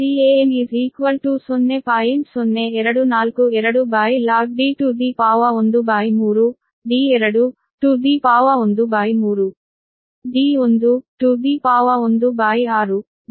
ಆದ್ದರಿಂದ ಇದು ಸಮೀಕರಣ 40 ಆಗಿದೆ